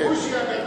בוז'י הגדול.